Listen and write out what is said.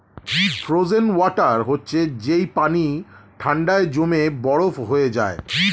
frozen water হচ্ছে যেই পানি ঠান্ডায় জমে বরফ হয়ে যায়